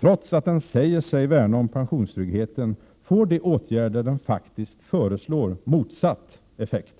Trots att den säger sig värna om pensionstryggheten får de åtgärder den faktiskt föreslår motsatt effekt.